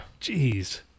Jeez